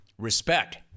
respect